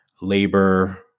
labor